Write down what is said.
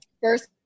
first